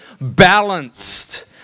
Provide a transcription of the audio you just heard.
balanced